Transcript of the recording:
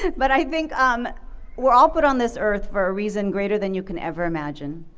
but i think um we're all put on this earth for a reason greater than you can ever imagine.